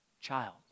Child